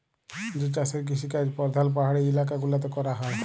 যে চাষের কিসিকাজ পরধাল পাহাড়ি ইলাকা গুলাতে ক্যরা হ্যয়